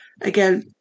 Again